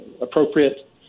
appropriate